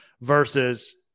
versus